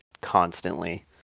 constantly